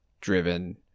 driven